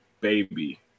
baby